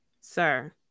sir